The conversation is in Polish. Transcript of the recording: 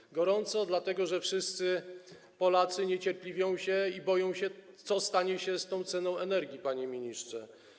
Jest gorąco, dlatego że wszyscy Polacy niecierpliwią się, boją się, co stanie się z tą ceną energii, panie ministrze.